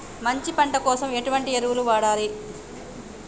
మంచి పంట కోసం ఎటువంటి ఎరువులు వాడాలి?